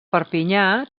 perpinyà